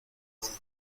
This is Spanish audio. humano